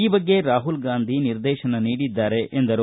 ಈ ಬಗ್ಗೆ ರಾಹುಲ್ ಗಾಂಧಿ ನಿರ್ದೇಶನ ನೀಡಿದ್ದಾರೆ ಎಂದರು